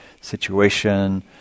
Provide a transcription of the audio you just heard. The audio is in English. situation